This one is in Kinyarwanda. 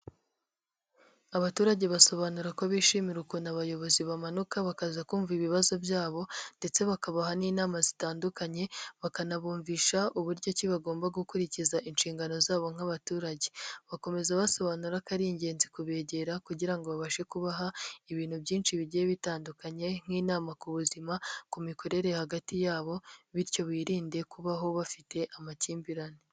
Abaturage basobanura ko bishimira ukuntu abayobozi bamanuka bakaza kumva ibibazo byabo ndetse bakabaha n'inama zitandukanye, bakanabumvisha uburyo ki bagomba gukurikiza inshingano zabo nk'abaturage. Bakomeza basobanura ko ari ingenzi kubegera kugira ngo babashe kubaha ibintu byinshi bigiye bitandukanye nk'inama ku buzima, ku mikorere hagati yabo bityo birinde kubaho bafite amakimbirane.